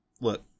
look